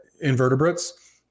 invertebrates